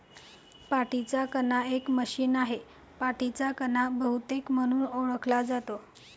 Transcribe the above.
पाठीचा कणा एक मशीन आहे, पाठीचा कणा बहुतेक म्हणून ओळखला जातो